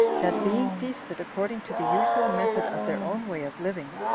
that, being feasted according to the usual method of their own way of living,